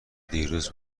دیروز